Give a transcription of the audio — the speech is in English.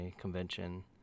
convention